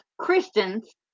Christians